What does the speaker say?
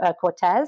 Cortez